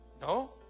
No